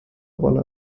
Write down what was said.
rolle